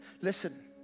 Listen